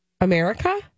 America